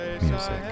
music